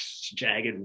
jagged